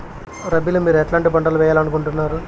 రబిలో మీరు ఎట్లాంటి పంటలు వేయాలి అనుకుంటున్నారు?